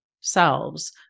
selves